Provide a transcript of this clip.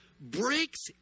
breaks